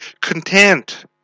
content